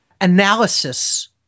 analysis